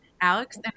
alex